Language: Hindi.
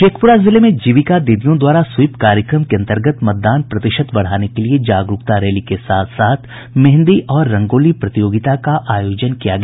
शेखपुरा जिले मे जीविका दीदियों द्वारा स्वीप कार्यक्रम के अन्तर्गत मतदान प्रतिशत बढ़ाने के लिए जागरूकता रैली के साथ साथ मेंहदी और रंगोली प्रतियोगिता का आयोजन किया गया